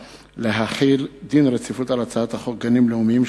להחיל דין רציפות על הצעת חוק גנים לאומיים,